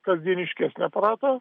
kasdieniškesnį aparatą